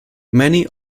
many